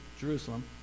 Jerusalem